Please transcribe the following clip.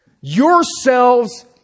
Yourselves